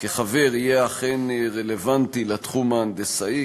כחבר יהיה אכן רלוונטי לתחום ההנדסאי.